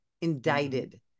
indicted